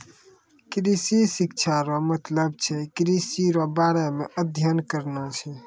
कृषि शिक्षा रो मतलब छै कृषि रो बारे मे अध्ययन करना छै